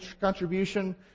contribution